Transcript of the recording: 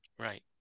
right